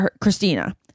Christina